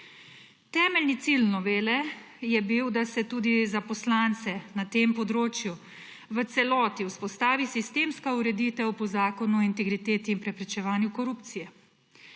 Temeljni cilj novele je bil, da se tudi za poslance na tem področju v celoti vzpostavi sistemska ureditev po Zakonu o integriteti in preprečevanju korupcije.